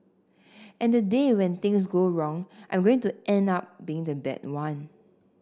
and the day when things go wrong I'm going to end up being the bad one